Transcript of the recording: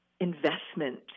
investment